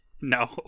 no